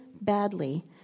badly